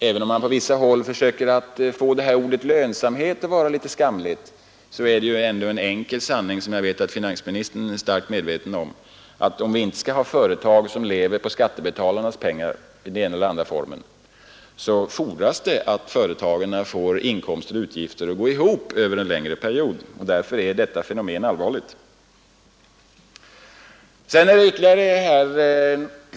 Även om man på vissa håll försöker få ordet lönsamhet att beteckna något skamligt, är det en enkel sanning, som jag vet att finansministern är starkt medveten om, att det, om vi inte skall ha företag som lever på skattebetalarnas pengar i den ena eller andra formen, fordras att företagen får inkomster och utgifter att gå ihop över en längre period. Därför är detta fenomen allvarligt.